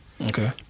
Okay